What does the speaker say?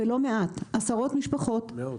ולא מעט, עשרות משפחות --- מאות.